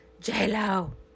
J-Lo